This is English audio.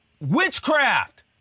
witchcraft